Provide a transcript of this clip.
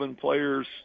players